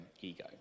ego